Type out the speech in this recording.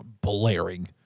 blaring